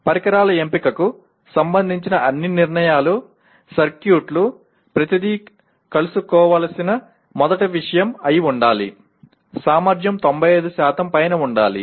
పరికరాల ఎంపికకు సంబంధించిన అన్ని నిర్ణయాలు సర్క్యూట్లు ప్రతిదీ కలుసుకోవలసిన మొదటి విషయం అయి ఉండాలి సామర్థ్యం 95 పైన ఉండాలి